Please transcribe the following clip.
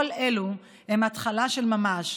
כל אלו הם התחלה של ממש.